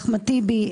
אחמד טיבי,